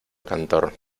cantor